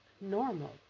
normal